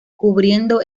cubriendo